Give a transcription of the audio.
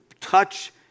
touch